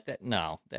No